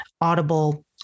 Audible